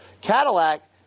Cadillac